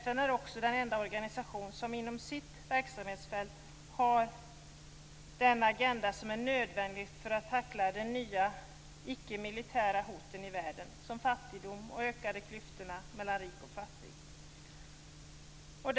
FN är också den enda organisation som inom sitt verksamhetsfält har den agenda som är nödvändig för att tackla de nya icke-militära hoten i världen som fattigdom och ökade klyftor mellan rik och fattig.